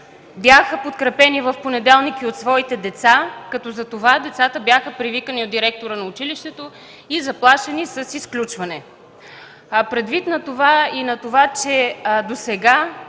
бяха подкрепени в понеделник и от своите деца, като затова децата бяха привикани от директора на училището и заплашени с изключване. Предвид и на това, че досега